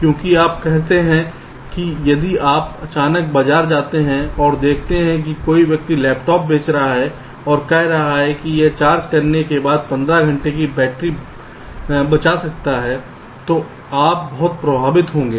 क्योंकि आप कहते हैं कि यदि आप अचानक बाजार जाते हैं और देखते हैं कि कोई व्यक्ति लैपटॉप बेच रहा है और कह रहा है कि यह चार्ज करने के बाद 15 घंटे की बैटरी बच सकती है तो आप बहुत प्रभावित होंगे